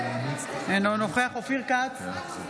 אינו נוכח אופיר כץ,